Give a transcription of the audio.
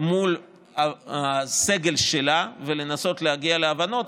מול הסגל שלה ולנסות להגיע להבנות,